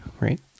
right